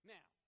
Now